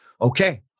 Okay